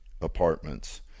apartments